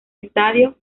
estadio